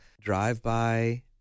Drive-by